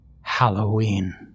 Halloween